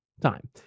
time